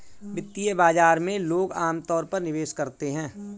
वित्तीय बाजार में लोग अमतौर पर निवेश करते हैं